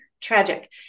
tragic